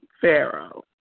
Pharaoh